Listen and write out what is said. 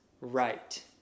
right